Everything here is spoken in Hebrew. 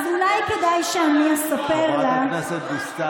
אז אולי כדאי שאני אספר לה, חברת הכנסת דיסטל.